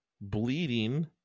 Bleeding